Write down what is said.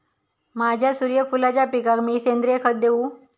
माझ्या सूर्यफुलाच्या पिकाक मी सेंद्रिय खत देवू?